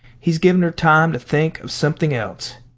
he's given her time to think of something else.